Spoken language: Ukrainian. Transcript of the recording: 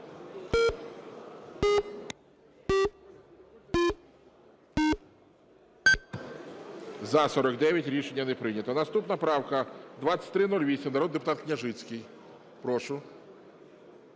За-49 Рішення не прийнято. Наступна правка 2308, народний депутат Княжицький. Прошу.